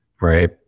right